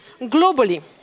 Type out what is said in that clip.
globally